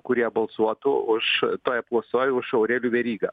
kurie balsuotų už toj apklausoj už aurelijų verygą